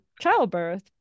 childbirth